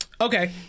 okay